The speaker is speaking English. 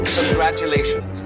Congratulations